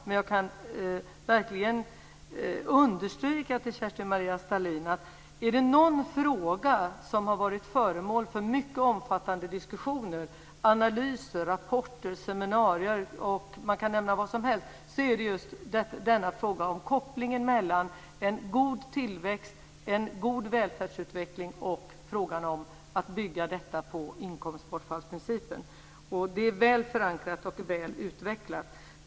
Men jag kan verkligen understryka för Kerstin-Maria Stalin att om det är någon fråga som har varit föremål för mycket omfattande diskussioner, analyser, rapporter, seminarier osv. så är det just denna fråga om kopplingen mellan en god tillväxt, en god välfärdsutveckling och inkomstbortfallsprincipen. Det är väl förankrat och väl utvecklat.